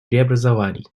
преобразований